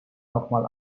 nochmal